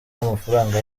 amafaranga